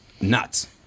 nuts